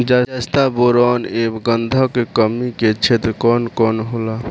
जस्ता बोरान ऐब गंधक के कमी के क्षेत्र कौन कौनहोला?